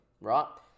right